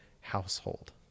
household